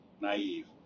naive